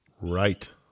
Right